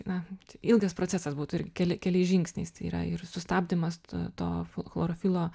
na t ilgas procesas būtų ir keli keliais žingsniais tai yra ir sustabdymas to f chlorofilo